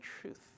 truth